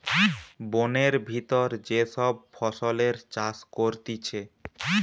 বোনের ভিতর যে সব ফসলের চাষ করতিছে